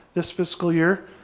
this fiscal year,